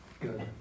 Good